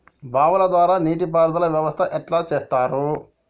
బావుల ద్వారా నీటి పారుదల వ్యవస్థ ఎట్లా చేత్తరు?